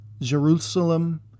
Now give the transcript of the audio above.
Jerusalem